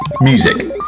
music